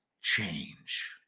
change